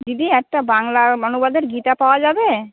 দিদি একটা বাংলা অনুবাদের গীতা পাওয়া যাবে